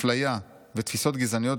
אפליה ותפיסות גזעניות,